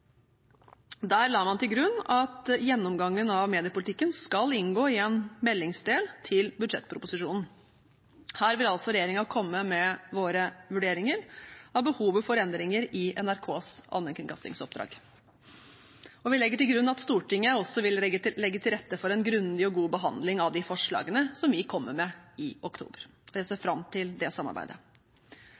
Der la man til grunn at gjennomgangen av mediepolitikken skal inngå i en meldingsdel til budsjettproposisjonen. Her vil vi i regjeringen altså komme med våre vurderinger av behovet for endringer i NRKs allmennkringkastingsoppdrag, og vi legger til grunn at Stortinget også vil legge til rette for en grundig og god behandling av de forslagene som vi kommer med i oktober. Jeg ser fram til det samarbeidet.